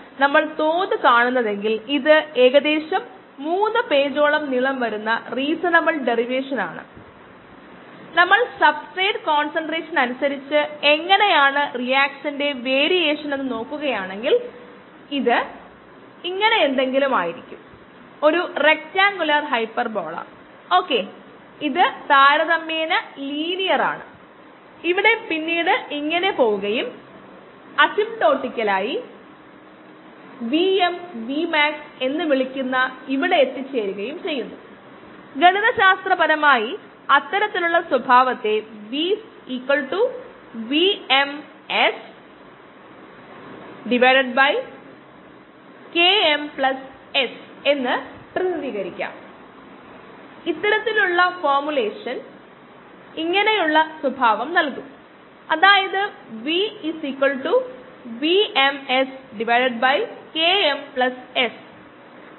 നമ്മൾ data point ഉപയോഗിക്കുകയാണെങ്കിൽ അത് തെറ്റാണ് പിന്നെ എസ്റ്റിമേറ്റുകളിൽ പിശകുകൾ വലുതായിരിക്കും